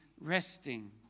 resting